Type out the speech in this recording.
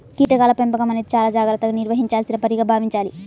కీటకాల పెంపకం అనేది చాలా జాగర్తగా నిర్వహించాల్సిన పనిగా భావించాలి